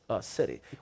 city